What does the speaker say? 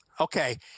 Okay